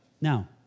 Now